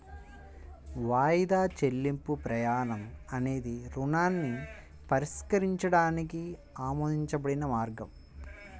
వాయిదా చెల్లింపు ప్రమాణం అనేది రుణాన్ని పరిష్కరించడానికి ఆమోదించబడిన మార్గం